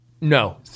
no